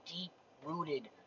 deep-rooted